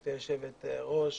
גברתי היושבת ראש,